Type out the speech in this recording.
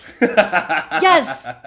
yes